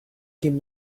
came